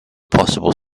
possible